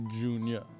Junior